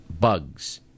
bugs